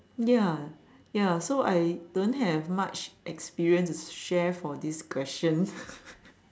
ya ya so I don't have much experience to share for this question